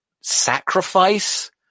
sacrifice